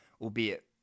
albeit